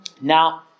Now